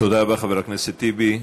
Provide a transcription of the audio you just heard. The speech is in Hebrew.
תודה רבה, חבר הכנסת טיבי.